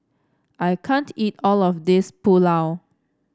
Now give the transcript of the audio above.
I can't eat all of this Pulao